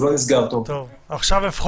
הוא לא מזכיר פרט מאוד מאוד חשוב, והוא